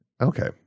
Okay